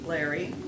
Larry